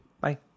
Bye